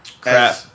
crap